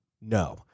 No